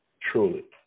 truly